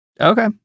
Okay